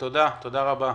תודה רבה.